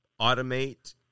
automate